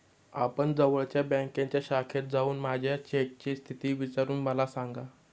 आपण जवळच्या बँकेच्या शाखेत जाऊन माझ्या चेकची स्थिती विचारून मला सांगा